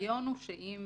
הרעיון הוא שאם